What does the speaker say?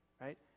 right